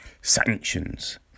sanctions